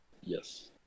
Yes